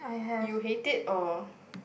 you hate it or